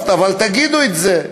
אבל תגידו את זה.